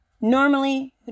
normally